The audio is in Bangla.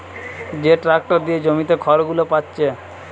যে ট্যাক্টর দিয়ে জমিতে খড়গুলো পাচ্ছে